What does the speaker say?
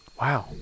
Wow